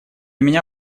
меня